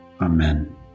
Amen